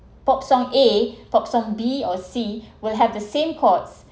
pop song a pop san b or c will have the same courts